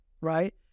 right